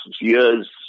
years